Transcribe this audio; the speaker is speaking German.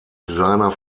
designer